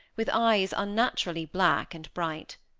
with eyes unnaturally black and bright.